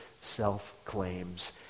self-claims